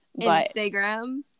Instagram